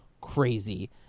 crazy